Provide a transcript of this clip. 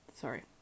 sorry